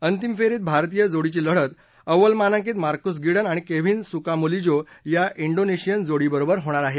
अंतिम फेरीत भारतीय जोडीची लढत अव्वल मानांकित मार्कुस गिडन आणि केव्हीन सुकामुलीजो या डोनेशियन जोडीबरोबर होणार आहे